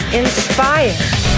inspired